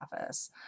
office